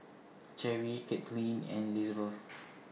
Cherrie Kaitlynn and Lizabeth